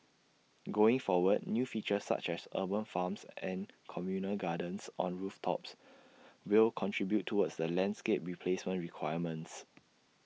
going forward new features such as urban farms and communal gardens on rooftops will contribute towards the landscape replacement requirements